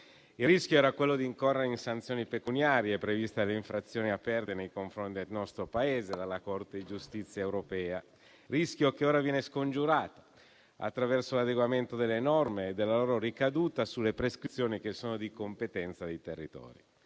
Il rischio era quello di incorrere in sanzioni pecuniarie, previste dalle infrazioni aperte nei confronti del nostro Paese dalla Corte di giustizia europea. Rischio che ora viene scongiurato attraverso l'adeguamento delle norme e della loro ricaduta sulle prescrizioni che sono di competenza dei territori.